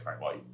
right